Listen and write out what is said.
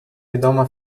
відома